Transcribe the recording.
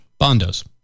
Bondos